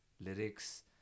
lyrics